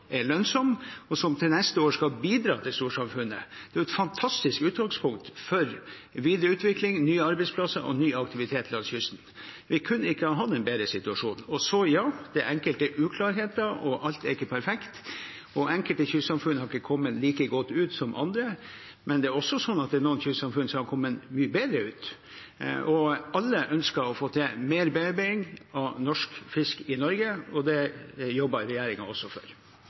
lønnsom, og som til neste år skal bidra til storsamfunnet. Det er et fantastisk utgangspunkt for videreutvikling, nye arbeidsplasser og ny aktivitet langs kysten. Vi kunne ikke ha hatt en bedre situasjon. Og så – ja, det er enkelte uklarheter, alt er ikke perfekt, og enkelte kystsamfunn har ikke kommet like godt ut som andre. Men det er også slik at det er noen kystsamfunn som har kommet mye bedre ut. Og alle ønsker å få til mer bearbeiding av norsk fisk i Norge, og det jobber regjeringen også for.